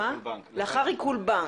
לאחר עיקול בנק.